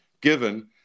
given